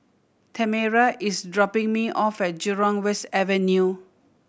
Tamera is dropping me off at Jurong West Avenue